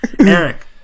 Eric